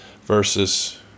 versus